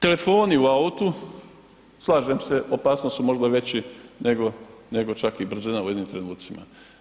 Telefoni u autu, slažem se, opasnost su možda veći nego čak i brzina u jednim trenucima.